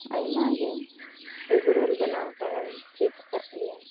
ᱟᱭᱢᱟᱜᱮ ᱮᱜᱨᱳᱞ ᱵᱮᱱᱟᱣ ᱠᱚᱦᱚᱸᱧ ᱪᱮᱫ ᱟᱠᱟᱫ ᱜᱮᱭᱟ